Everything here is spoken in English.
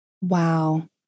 Wow